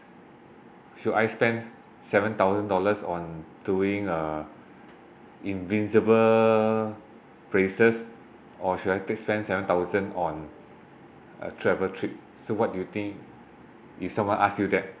should I spend seven thousand dollars on doing uh invisible braces or should I take spend seven thousand on a travel trip so what do you think if someone ask you that